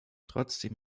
trotzdem